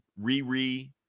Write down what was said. Riri